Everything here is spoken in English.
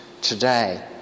today